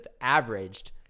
averaged